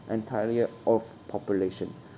entire of population